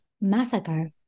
massacre